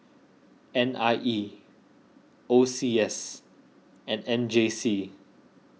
N I E O C S and M J C